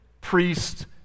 priest